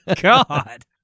God